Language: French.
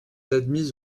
admise